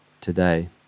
today